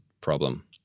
problem